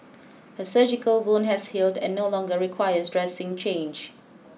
her surgical wound has healed and no longer requires dressing change